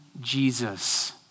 Jesus